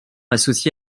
associé